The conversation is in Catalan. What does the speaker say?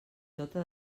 tota